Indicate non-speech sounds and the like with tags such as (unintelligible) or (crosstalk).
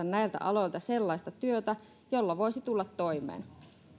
(unintelligible) näiltä aloilta sellaista työtä jolla voisi tulla toimeen